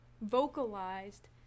vocalized